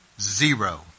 Zero